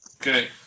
Okay